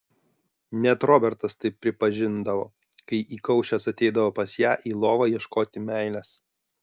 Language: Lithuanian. net robertas tai pripažindavo kai įkaušęs ateidavo pas ją į lovą ieškoti meilės